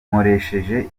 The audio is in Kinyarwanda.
nkoresheje